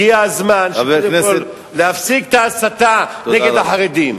הגיע הזמן קודם כול להפסיק את ההסתה נגד החרדים.